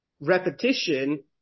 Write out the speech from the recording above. repetition